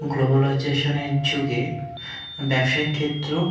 গ্লোবালাইজেশনের যুগে ব্যবসায়িক ক্ষেত্রেও